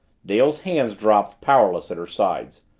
dale's hands dropped, powerless, at her sides.